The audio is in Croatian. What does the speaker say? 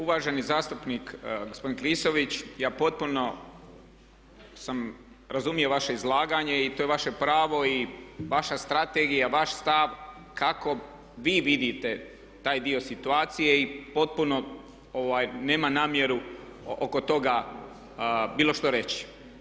Uvaženi zastupnik, gospodin Klisović ja potpuno sam razumio vaše izlaganje i to je vaše pravo i vaša strategija, vaš stav kako vi vidite taj dio situacije i potpuno nemam namjeru oko toga bilo što reći.